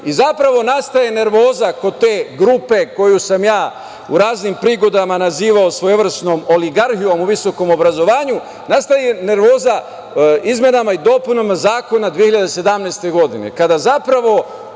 i zapravo nastaje nervoza kod te grupe koju sam ja u raznim prilikama nazivao svojevrsnom oligarhijom u visokom obrazovanju, nastaje nervoza izmenama i dopunama zakona 2017. godine,